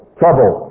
trouble